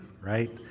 right